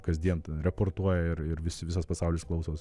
kasdien ten raportuoja ir ir vis visas pasaulis klausos